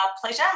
pleasure